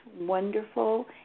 wonderful